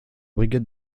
brigade